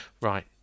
right